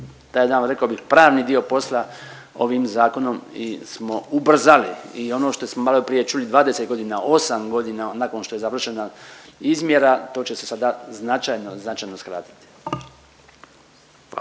to je jedan rekao bih pravni dio posla ovim zakonom smo ubrzali i ono što smo maloprije čuli 20 godina, 8 godina nakon što je završena izmjera to će se sada značajno, značajno